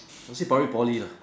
I would say Republic Poly lah